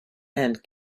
and